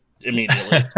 immediately